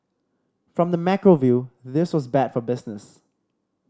from the macro view this was bad for business